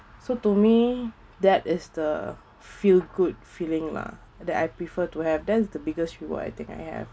so to me that is the feel good feeling lah that I prefer to have that is the biggest reward I think I have